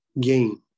gain